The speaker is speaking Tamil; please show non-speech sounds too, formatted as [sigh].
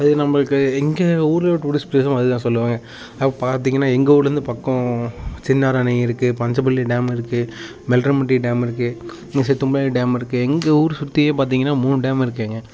அது நம்பளுக்கு எங்கள் ஊரில் இருக்கக்கூடிய அதே தான் சொல்லுவாங்க பார்த்தீங்கன்னா எங்கள் ஊர்லேர்ந்து பக்கம் சின்னாறு அணை இருக்கு பஞ்சப்பள்ளி டேம் இருக்கு மெல்ட்றமட்டி டேம் இருக்கு [unintelligible] டேம் இருக்கு எங்கள் ஊர் சுற்றியே பார்த்தீங்கன்னா மூணு டேம் இருக்குங்க